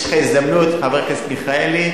יש לך הזדמנות, חבר הכנסת מיכאלי.